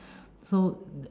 so